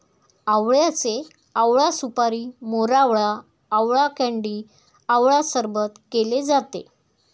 आवळ्याचे आवळा सुपारी, मोरावळा, आवळा कँडी आवळा सरबत केले जाते